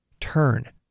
Turn